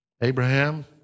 Abraham